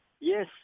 Yes